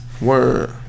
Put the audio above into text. Word